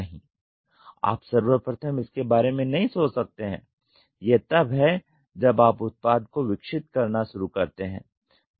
नहीं आप सर्वप्रथम इसके बारे में नहीं सोच सकते हैं यह तब हैं जब आप उत्पाद को विकसित करना शुरू करते हैं